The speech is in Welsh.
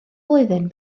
flwyddyn